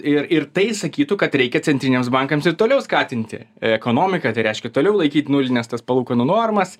ir ir tai sakytų kad reikia centriniams bankams ir toliau skatinti ekonomiką tai reiškia toliau laikyt nulines tas palūkanų normas